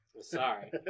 Sorry